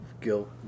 Guilt